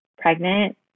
pregnant